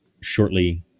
shortly